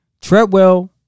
Treadwell